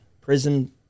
prison